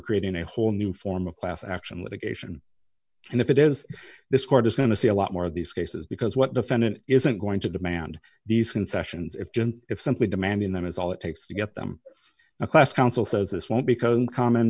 creating a whole new form of class action litigation and if it is this court is going to see a lot more of these cases because what defendant isn't going to demand these concessions if didn't if simply demanding them is all it takes to get them a class council says this won't because common